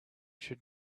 should